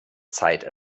zeit